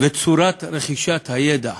וצורת רכישת הידע.